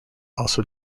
also